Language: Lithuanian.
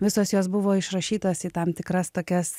visos jos buvo išrašytas į tam tikras tokias